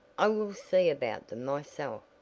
i will see about them myself.